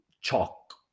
Chalk